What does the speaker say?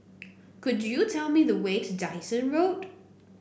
could you tell me the way to Dyson Road